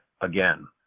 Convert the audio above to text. again